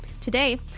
Today